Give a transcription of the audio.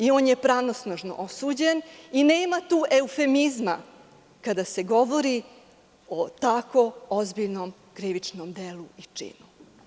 On je pravosnažno osuđen i nema tu eufemizma kada se govori o tako ozbiljnom krivičnom delu i činu.